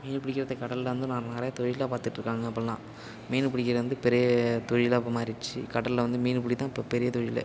மீன் பிடிக்கிறத்துக்கு கடல்ல வந்து நான் நிறையா தொழிலாக பார்த்துட்ருக்காங்க இப்போலாம் மீன் பிடிக்கிறது வந்து பெரிய தொழிலாக இப்போ மாறிடிச்சு கடல்ல வந்து மீன் பிடிதான் இப்போ பெரிய தொழில்